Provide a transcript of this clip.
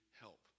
help